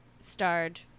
starred